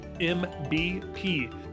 mbp